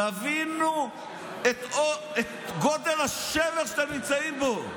תבינו את גודל השבר שאתם נמצאים בו.